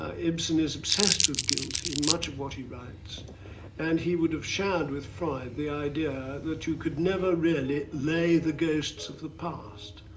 ah ibsen is obsessed with guilt in much of what he writes and he would have shared with freud the idea that you could never really lay the ghosts of the past.